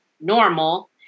normal